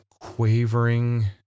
quavering